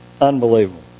Unbelievable